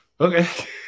okay